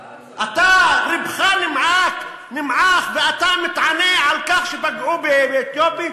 אתה, לבך נמעך ואתה מתענה על כך שפגעו באתיופים?